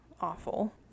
awful